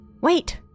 Wait